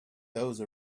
those